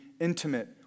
intimate